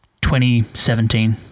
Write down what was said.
2017